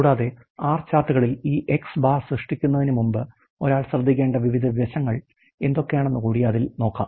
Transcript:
കൂടാതെ R ചാർട്ടുകളിൽ ഈ X̄ സൃഷ്ടിക്കുന്നതിനുമുമ്പ് ഒരാൾ ശ്രദ്ധിക്കേണ്ട വിവിധ വശങ്ങൾ എന്തൊക്കെയാണെന്ന് കൂടി അതിൽ കാണാം